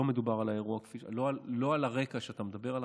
לא מדובר על הרקע שאתה מדבר עליו.